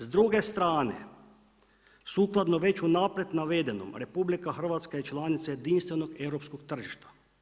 S druge strane, sukladno već u naprijed navedenom, RH je članica jedinstvenog europskog tržišta.